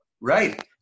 right